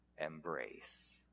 embrace